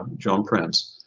joan prince,